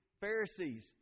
Pharisees